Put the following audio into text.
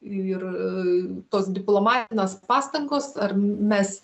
ir tos diplomatinės pastangos ar mes